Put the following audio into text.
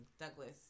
Douglas